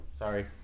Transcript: Sorry